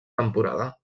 temporada